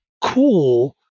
cool